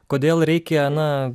kodėl reikia na